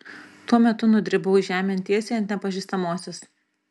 tuo metu nudribau žemėn tiesiai ant nepažįstamosios